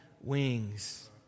wings